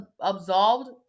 absolved